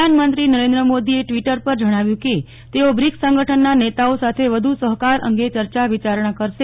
પ્રધાનમંત્રી શ્રી નરેન્દ્ર મોદીએ ટીવીટર પર જણાવ્યું કે તેઓ બ્રિક્સ સંગઠનના નેતાઓ સાથે વધુ સહકાર અંગે ચર્ચા વિચારણા કરશે